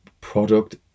product